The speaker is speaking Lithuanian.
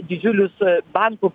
didžiulius bankų